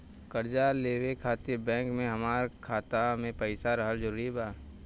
कर्जा लेवे खातिर बैंक मे हमरा खाता मे पईसा रहल जरूरी बा?